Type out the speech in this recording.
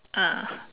ah